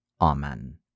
Amen